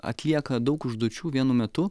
atlieka daug užduočių vienu metu